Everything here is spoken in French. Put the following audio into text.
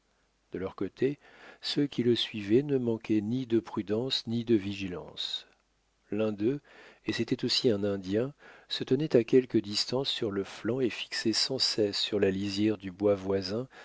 de leur côté ceux qui le suivaient ne manquaient ni de prudence ni de vigilance l'un d'eux et c'était aussi un indien se tenait à quelque distance sur le flanc et fixait sans cesse sur la lisière du bois voisin